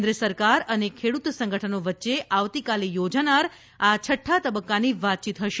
કેન્દ્ર સરકાર અને ખેડૂત સંગઠનો વચ્ચે આવતીકાલે યોજાનાર આ છઠ્ઠા તબક્કાની વાતચીત હશે